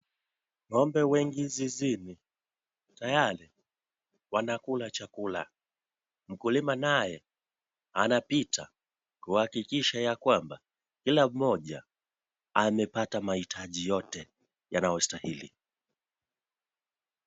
Ng'ombe wengi zizini, tayari wanakula chakula. Mkulima naye anapita kuhakikisha ya kwamba, kila mmoja amepata mahitaji yote yanayostahili.